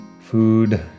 food